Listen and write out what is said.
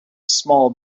small